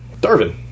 Darvin